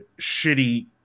shitty